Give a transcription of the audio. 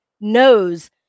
knows